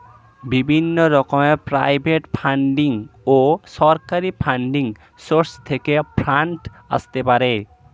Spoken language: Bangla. বিভিন্ন রকমের প্রাইভেট ফান্ডিং ও সরকারি ফান্ডিং সোর্স থেকে ফান্ড আসতে পারে